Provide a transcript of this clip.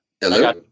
Hello